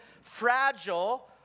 fragile